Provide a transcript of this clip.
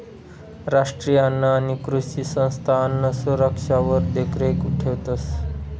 राष्ट्रीय अन्न आणि कृषी संस्था अन्नसुरक्षावर देखरेख ठेवतंस